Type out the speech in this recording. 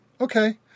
Okay